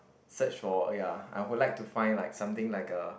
search for ya I would like to find like something like a